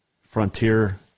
frontier